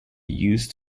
used